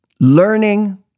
learning